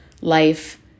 life